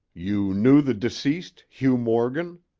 you knew the deceased, hugh morgan?